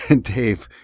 Dave